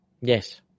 Yes